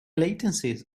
latencies